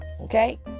Okay